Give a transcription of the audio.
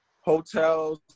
hotels